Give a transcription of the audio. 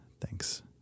Thanks